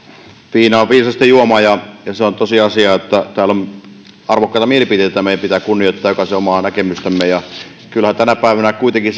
viina on viisasten juoma ja se on tosiasia että täällä on arvokkaita mielipiteitä ja meidän pitää kunnioittaa jokaisen omaa näkemystä ja kyllähän tänä päivänä kuitenkin